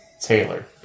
Taylor